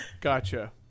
gotcha